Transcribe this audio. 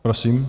Prosím.